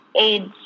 AIDS